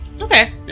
okay